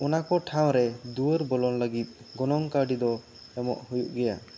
ᱚᱱᱟ ᱠᱚ ᱴᱷᱟᱶ ᱨᱮ ᱫᱩᱣᱟᱹᱨ ᱵᱚᱞᱚᱱ ᱞᱟᱹᱜᱤᱫ ᱜᱚᱱᱚᱝ ᱠᱟᱹᱣᱰᱤ ᱫᱚ ᱮᱢᱚᱜ ᱦᱩᱭᱩᱜ ᱜᱮᱭᱟ